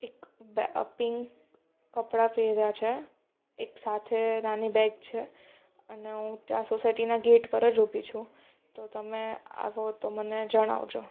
એક પિન્ક કપડાં પહેર્યાં છે એક સાથે નાની બેગ છે અને હું ત્યાં સોસાયટીના ગેટ પર જ ઊભી છું તો તમે આવો તો મને જણાવજો